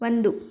ಒಂದು